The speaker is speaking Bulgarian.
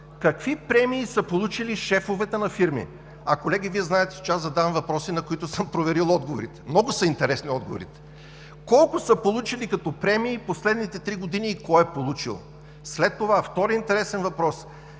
какви премии са получили шефовете на фирми. Колеги, Вие знаете, че аз задавам въпроси, на които съм проверил отговорите. Много са интересни отговорите. Колко са получили като премии последните три години и кой е получил? След това – вторият интересен въпрос